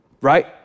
right